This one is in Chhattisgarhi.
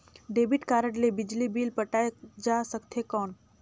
डेबिट कारड ले बिजली बिल पटाय जा सकथे कौन?